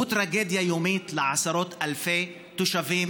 הוא טרגדיה יומית לעשרות אלפי תושבים,